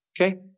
Okay